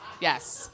yes